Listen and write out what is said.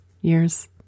years